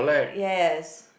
uh yes